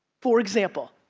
for example,